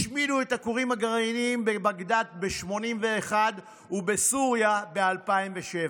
השמידו את הכורים הגרעיניים בבגדד ב-1981 ובסוריה ב-2007,